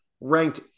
ranked